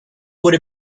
would